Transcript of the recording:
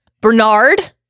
Bernard